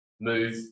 move